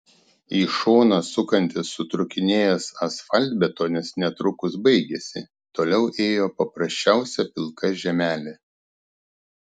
į šoną sukantis sutrūkinėjęs asfaltbetonis netrukus baigėsi toliau ėjo paprasčiausia pilka žemelė